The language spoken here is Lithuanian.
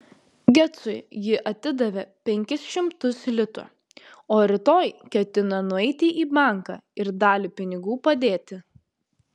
gecui ji atidavė penkis šimtus litų o rytoj ketino nueiti į banką ir dalį pinigų padėti